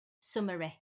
summary